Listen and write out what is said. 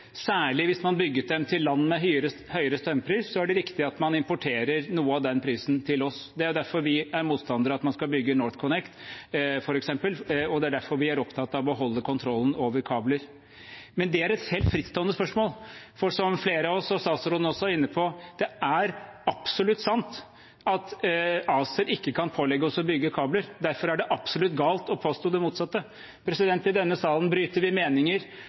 særlig hvis man bygger dem til land med høyere strømpris, er det riktig at man importerer noe av den prisen til oss. Det er derfor vi er motstander av at man f.eks. skal bygge NorthConnect, og det er derfor vi er opptatt av å beholde kontrollen over kabler. Men det er et helt frittstående spørsmål, for som flere av oss – også statsråden – har vært inne på: Det er absolutt sant at ACER ikke kan pålegge oss å bygge kabler. Derfor er det absolutt galt å påstå det motsatte. I denne salen bryter vi meninger,